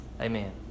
Amen